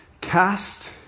Cast